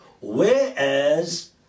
Whereas